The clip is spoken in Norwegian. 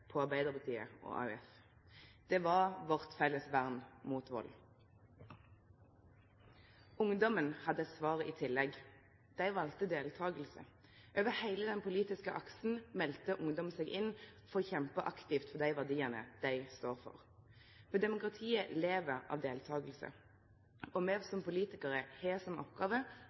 på Arbeidarpartiet og AUF. Det var vårt felles vern mot vald. Ungdomane hadde eit svar i tillegg. Dei valde deltaking. Over heile den politiske aksen melde ungdom seg inn for å kjempe aktivt for dei verdiane dei stod for. Demokratiet lever av deltaking, og me som politikarar har som oppgåve